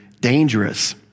dangerous